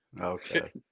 okay